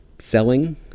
selling